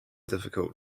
difficult